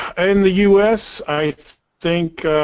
in the u s. i think